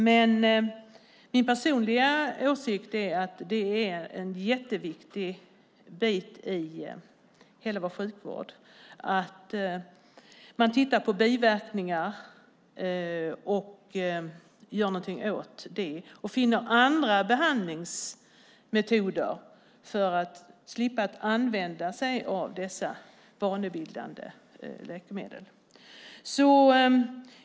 Min personliga åsikt är att det är en mycket viktig del i hela vår sjukvård att titta på biverkningarna samt att göra något åt den saken och finna andra behandlingsmetoder för att slippa användningen av dessa vanebildande läkemedel.